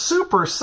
Super